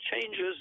changes